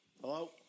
Hello